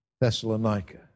Thessalonica